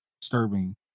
Disturbing